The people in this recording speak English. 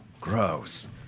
gross